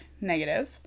negative